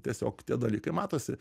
tiesiog tie dalykai matosi